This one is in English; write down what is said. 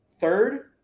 third